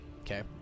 Okay